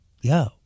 yo